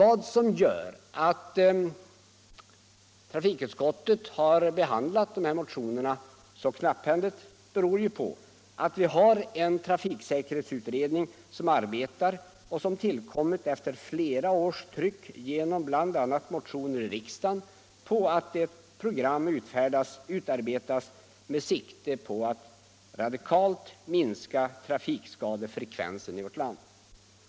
Att trafikutskottet har behandlat dessa motioner så knapphändigt beror på att vi har en trafiksäkerhetsutredning som arbetar och som tillkommit efter flera års tryck — bl.a. genom motioner i riksdagen — på att program skall utarbetas med sikte på att radikalt minska trafikskadefrekvensen 129 i vårt land.